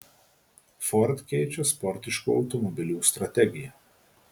ford keičia sportiškų automobilių strategiją